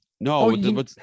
No